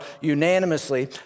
unanimously